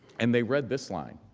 and they read this line,